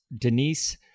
Denise